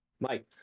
Mike